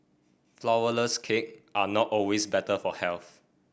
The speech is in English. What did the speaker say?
flourless cakes are not always better for health